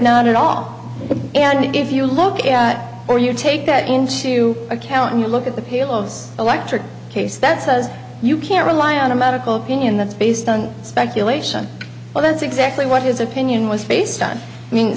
not at all to give you look at or you take that into account when you look at the pale of electric case that says you can't rely on a medical opinion that's based on speculation but that's exactly what his opinion was based on mean